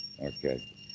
okay